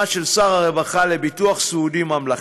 של שר הרווחה לביטוח סיעודי ממלכתי.